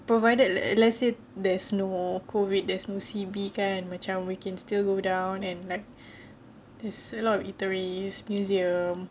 provided let's say there's no more COVID there's no C_B kan macam we can still go down and like there's a lot of eateries museum